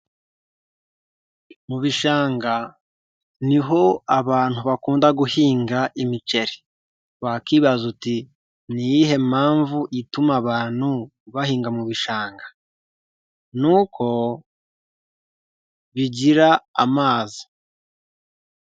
Mu bishanga niho abantu bakunda guhinga imiceri, wakibaza uti ni iyihe mpamvu ituma abantu bahinga mu bishanga? Ni uko bigira amazi.